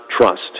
trust